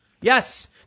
Yes